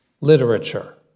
literature